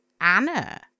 Anna